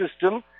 system